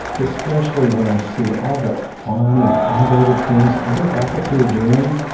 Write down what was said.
especially when i see all the fun and innovative things other faculty are doing,